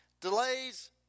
Delays